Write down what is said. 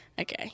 Okay